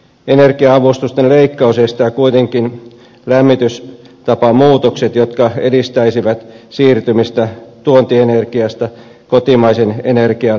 energia avustusten leikkaus estää kuitenkin lämmitystapamuutokset jotka edistäisivät siirtymistä tuontienergiasta kotimaisen energian käyttöön